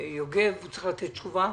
יוגב, הוא צריך לתת תשובה.